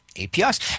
APIs